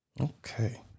Okay